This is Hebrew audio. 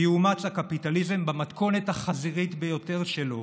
ויאומץ הקפיטליזם במתכונת החזירית ביותר שלו,